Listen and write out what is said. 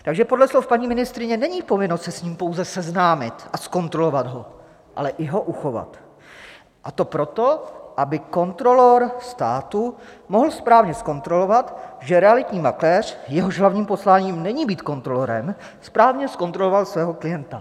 Takže podle slov paní ministryně není povinnost se s ním pouze seznámit a zkontrolovat ho, ale i ho uchovat, a to proto, aby kontrolor státu mohl správně zkontrolovat, že realitní makléř, jehož hlavním posláním není být kontrolorem, správně zkontroloval svého klienta.